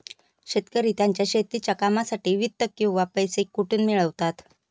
शेतकरी त्यांच्या शेतीच्या कामांसाठी वित्त किंवा पैसा कुठून मिळवतात?